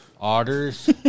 Otters